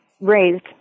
raised